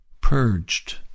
purged